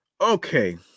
okay